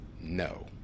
no